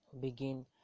begin